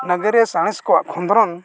ᱱᱟᱜᱟᱨᱤᱭᱟᱹ ᱥᱟᱬᱮᱥ ᱠᱚᱣᱟᱜ ᱠᱷᱚᱸᱫᱽᱨᱚᱱ